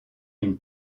une